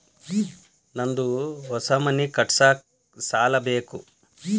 ನಂದು ಹೊಸ ಮನಿ ಕಟ್ಸಾಕ್ ಸಾಲ ಬೇಕು